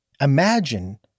Imagine